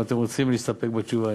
אם אתם רוצים להסתפק בתשובה,